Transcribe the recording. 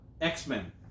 X-Men